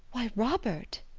why, robert!